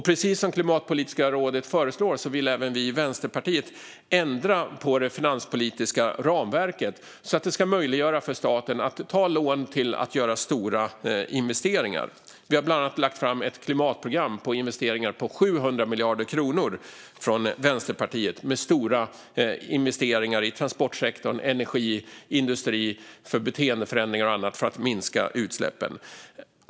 Precis som Klimatpolitiska rådet föreslår vill även vi i Vänsterpartiet ändra på det finanspolitiska ramverket, så att det ska vara möjligt för staten att ta lån för att göra stora investeringar. Vi från Vänsterpartiet har bland annat lagt fram ett klimatprogram för investeringar på 700 miljarder kronor som gäller stora investeringar i transportsektorn, i energi, i industri och i beteendeförändringar för att minska utsläppen.